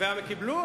הם קיבלו?